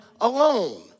alone